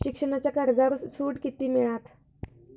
शिक्षणाच्या कर्जावर सूट किती मिळात?